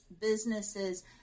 businesses